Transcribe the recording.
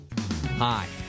hi